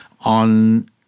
on